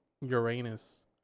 Uranus